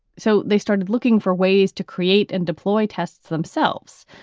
so they started looking for ways to create and deploy tests themselves.